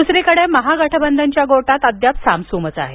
दुसरीकडे महागठबंधनच्या गोटात अद्याप सामसूमच आहे